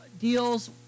deals